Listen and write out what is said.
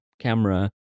camera